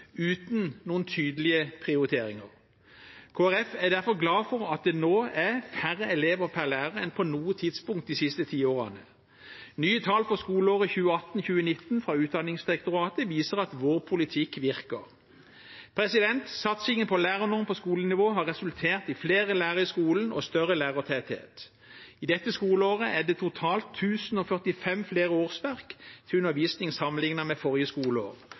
uten noen tydelige prioriteringer. Kristelig Folkeparti er derfor glad for at det nå er færre elever per lærer enn på noe tidspunkt de siste ti årene. Nye tall for skoleåret 2018/2019 fra Utdanningsdirektoratet viser at vår politikk virker. Satsingen på lærernorm på skolenivå har resultert i flere lærere i skolen og større lærertetthet. I dette skoleåret er det totalt 1 045 flere årsverk til undervisning sammenlignet med forrige skoleår.